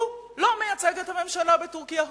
הוא לא מייצג את הממשלה בטורקיה.